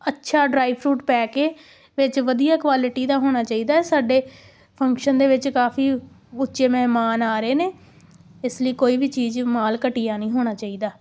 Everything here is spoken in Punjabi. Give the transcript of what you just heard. ਅੱਛਾ ਡਰਾਈ ਫਰੂਟ ਪੈ ਕੇ ਵਿੱਚ ਵਧੀਆ ਕੁਆਲਿਟੀ ਦਾ ਹੋਣਾ ਚਾਹੀਦਾ ਹੈ ਸਾਡੇ ਫੰਕਸ਼ਨ ਦੇ ਵਿੱਚ ਕਾਫੀ ਉੱਚੇ ਮਹਿਮਾਨ ਆ ਰਹੇ ਨੇ ਇਸ ਲਈ ਕੋਈ ਵੀ ਚੀਜ਼ ਮਾਲ ਘਟੀਆ ਨਹੀਂ ਹੋਣਾ ਚਾਹੀਦਾ